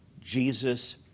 jesus